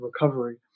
recovery